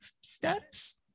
status